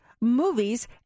movies